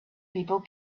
people